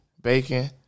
bacon